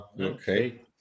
okay